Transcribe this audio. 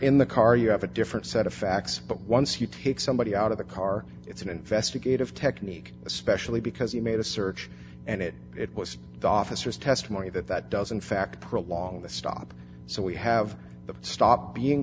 in the car you have a different set of facts but once you take somebody out of the car it's an investigative technique especially because you made a search and it it was the officers testimony that that doesn't fact prolong the stop so we have to stop being